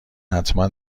حتما